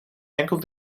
enkel